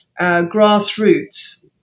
grassroots